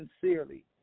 sincerely